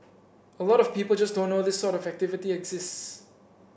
a lot of people just don't know this sort of activity exists